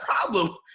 problem